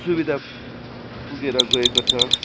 सुविधा पुगेर गएको छ